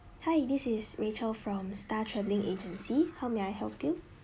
hi this is rachel from star travelling agency how may I help you